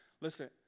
listen